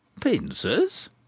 Pincers